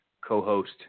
co-host